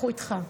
אנחנו איתך,